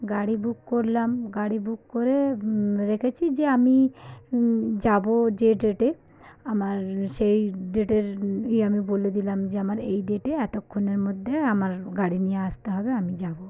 গাড়ি বুক করলাম গাড়ি বুক করে রেখেছি যে আমি যাব যে ডেটে আমার সেই ডেটের ইয়ে আমি বলে দিলাম যে আমার এই ডেটে এতক্ষণের মধ্যে আমার গাড়ি নিয়ে আসতে হবে আমি যাব